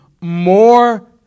more